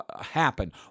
happen